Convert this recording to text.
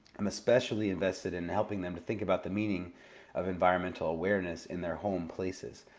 i'm especially invested in helping them to think about the meaning of environmental awareness in their home places.